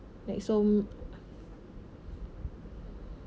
like so